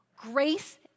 Grace